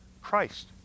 Christ